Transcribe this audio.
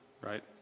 right